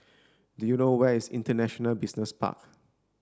do you know where is International Business Park